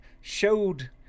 showed